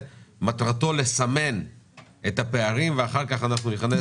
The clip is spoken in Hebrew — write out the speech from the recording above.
מטרתו של הדיון הזה לסמן את הפערים ואחר כך אנחנו ניכנס